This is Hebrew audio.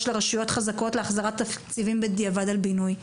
לרשויות חזקות להחזרת תקציבים בדיעבד על בינוי,